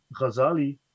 Ghazali